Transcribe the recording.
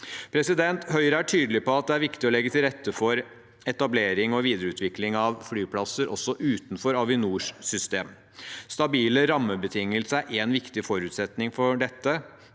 Høyre er tydelig på at det er viktig å legge til rette for etablering og videreutvikling av flyplasser, også utenfor Avinors system. Stabile rammebetingelser er en viktig forutsetning for dette,